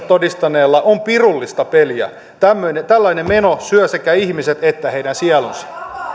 todistaneella on pirullista peliä tällainen meno syö sekä ihmiset että heidän sielunsa